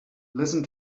listen